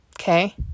Okay